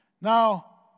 Now